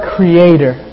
Creator